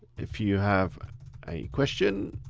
if you have a question,